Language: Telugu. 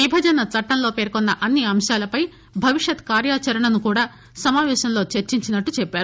విభజన చట్టంలో పేర్కొన్న అన్ని అంశాలపై భవిష్యత్ కార్యాచరణను కూడా సమాపేశంలో చర్చించినట్టు చెప్పారు